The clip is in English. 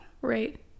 Right